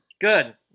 Good